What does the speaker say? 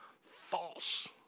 False